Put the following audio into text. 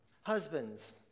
Husbands